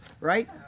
right